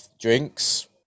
drinks